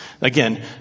Again